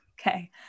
Okay